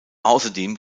außerdem